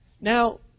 Now